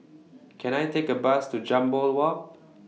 Can I Take A Bus to Jambol Walk